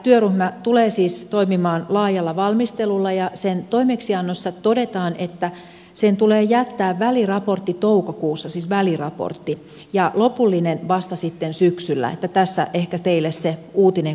työryhmä tulee siis toimimaan laajalla valmistelulla ja sen toimeksiannossa todetaan että sen tulee jättää väliraportti toukokuussa siis väliraportti ja lopullinen vasta sitten syksyllä että tässä ehkä teille se uutinen kun sitä pyysitte